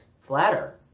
flatter